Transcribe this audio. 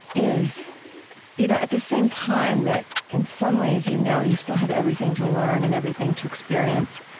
is you know at the same time that, in some ways you know you still have everything to learn and everything to experience,